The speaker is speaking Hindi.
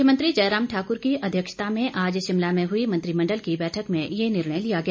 मुख्यमंत्री जयराम ठाकुर की अध्यक्षता में आज शिमला में हुई मंत्रिमण्डल की बैठक में ये निर्णय लिया गया